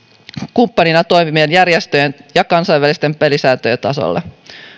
kumppanina toimivien järjestöjen kuin kansainvälisten pelisääntöjen tasolla